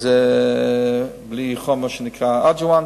וזה בלי החומר שנקרא "אדג'ובנט".